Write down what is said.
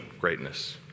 greatness